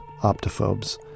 Optophobes